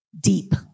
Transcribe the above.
deep